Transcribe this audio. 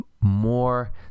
more